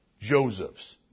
Josephs